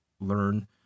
learn